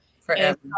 Forever